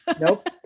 Nope